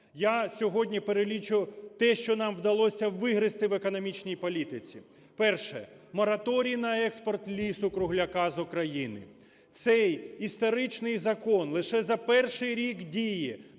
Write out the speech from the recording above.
Я сьогодні перелічу те, що нам вдалося вигризти в економічній політиці. Перше. Мораторій на експорт лісу-кругляка з України. Цей історичний закон лише за перший рік дії